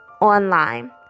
online